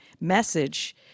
message